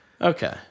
Okay